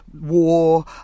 war